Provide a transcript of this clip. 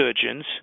surgeons